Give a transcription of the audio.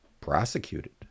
prosecuted